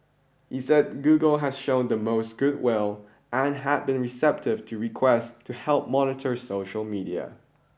he said Google has shown the most good will and had been receptive to requests to help monitor social media